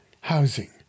housing